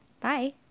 Bye